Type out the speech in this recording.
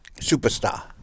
Superstar